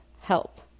Help